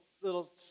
little